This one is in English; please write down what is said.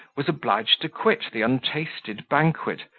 was obliged to quit the untasted banquet,